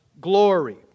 glory